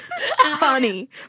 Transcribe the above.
honey